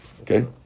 okay